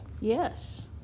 Yes